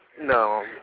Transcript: No